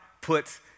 puts